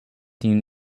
tin